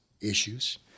issues